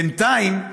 בינתיים,